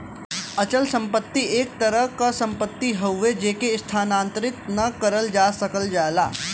अचल संपत्ति एक तरह क सम्पति हउवे जेके स्थानांतरित न करल जा सकल जाला